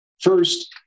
First